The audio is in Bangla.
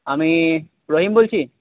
আমি রহিম বলছি